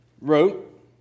wrote